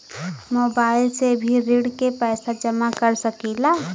Mobile से भी ऋण के पैसा जमा कर सकी ला?